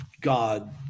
God